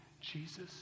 Jesus